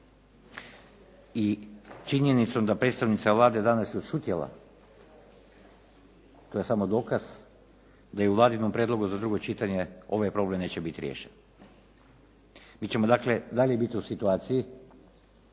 i činjenicom da predstavnica Vlade danas je odšutjela. To je samo dokaz da je u Vladinom prijedlogu za drugo čitanje ovaj problem neće biti riješen. Mi ćemo dakle dalje biti u situaciji